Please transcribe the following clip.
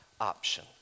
option